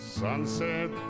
Sunset